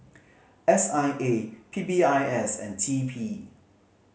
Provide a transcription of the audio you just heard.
S I A P P I S and T P